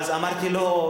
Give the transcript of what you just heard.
אמרתי לו,